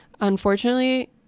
Unfortunately